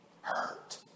hurt